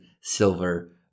silver